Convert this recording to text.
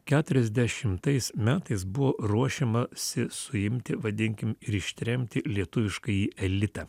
keturiasdešimtais metais buvo ruošiamasi suimti vadinkim ir ištremti lietuviškąjį elitą